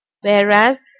whereas